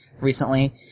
recently